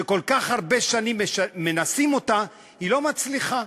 שכל כך הרבה שנים מנסים אותה, לא מצליחה.